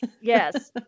Yes